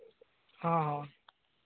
ᱦᱚᱸ ᱦᱚᱸ